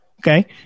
okay